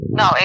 no